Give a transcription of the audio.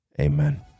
amen